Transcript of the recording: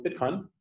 Bitcoin